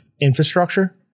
infrastructure